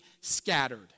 scattered